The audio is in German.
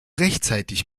rechtzeitig